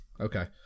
Okay